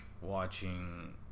watching